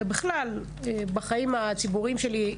ובכלל בחיים הציבוריים שלי,